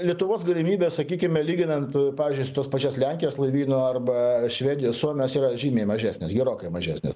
lietuvos galimybes sakykime lyginant pavyzdžiui su tos pačios lenkijos laivynu arba švedijos suomijos yra žymiai mažesnis gerokai mažesnis